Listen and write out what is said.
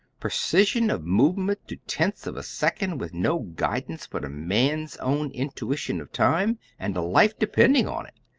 precision of movement to tenths of a second, with no guidance but a man's own intuition of time, and a life depending on it!